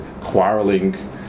quarreling